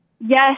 Yes